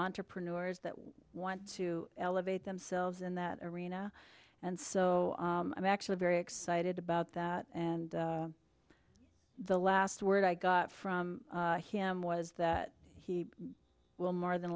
entrepreneurs that want to elevate themselves in that arena and so i'm actually very excited about that and the last word i got from him was that he will more than